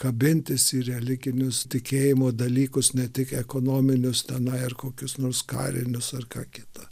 kabintis į religinius tikėjimo dalykus ne tik ekonominius tenai ar kokius nors karinius ar ką kitą